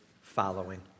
following